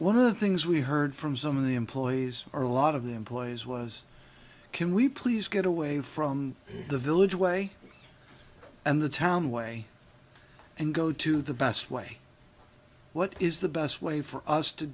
one of the things we heard from some of the employees or a lot of the employees was can we please get away from the village way and the town way and go to the best way what is the best way for us to